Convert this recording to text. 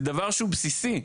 זה דבר שהוא בסיסי.